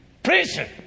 prison